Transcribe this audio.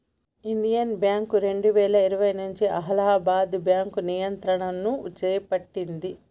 Indian bank రెండువేల ఇరవై నుంచి అలహాబాద్ బ్యాంకు నియంత్రణను చేపట్టింది